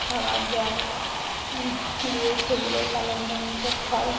খাবার জল দিয়ে সেগুলো লালন পালন করতে হয়